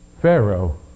Pharaoh